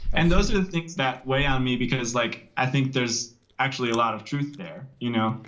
and those are the things that weigh on me because like i think there's actually a lot of truth there. you know,